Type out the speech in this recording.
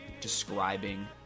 describing